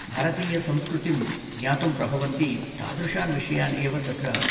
भारतीयसंस्कृतिं ज्ञातुं प्रभवन्ति तादृशान् विषयान् एव तत्र